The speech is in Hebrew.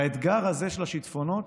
והאתגר הזה, של השיטפונות,